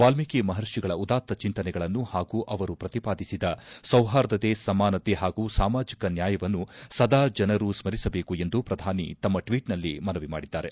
ವಾಲ್ನೀಕಿ ಮಪರ್ಷಿಗಳ ಉದಾತ್ತ ಚಿಂತನೆಗಳನ್ನು ಹಾಗೂ ಅವರು ಪ್ರತಿಪಾದಿಸಿದ ಸೌಹಾರ್ದತೆ ಸಮಾನತೆ ಹಾಗೂ ಸಾಮಾಜಿಕ ನ್ಕಾಯವನ್ನು ಸದಾ ಜನರು ಸ್ಮರಿಸಬೇಕೆಂದು ಪ್ರಧಾನಿ ತಮ್ಮ ಟ್ವೀಟ್ನಲ್ಲಿ ಮನವಿ ಮಾಡಿದ್ದಾರೆ